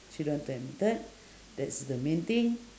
she don't want to admitted that's the main thing